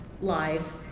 live